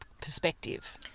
perspective